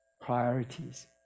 priorities